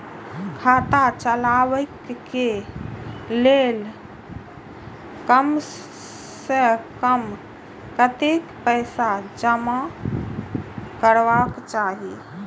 खाता चलावै कै लैल कम से कम कतेक पैसा जमा रखवा चाहि